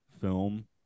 film